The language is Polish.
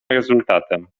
rezultatem